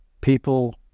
people